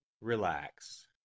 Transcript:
Relax